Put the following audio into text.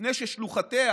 לפני ששלוחותיה,